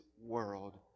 world